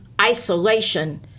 isolation